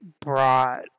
brought